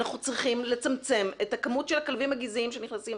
אנחנו צריכים לצמצם את הכמות של הכלבים הגזעיים שנכנסים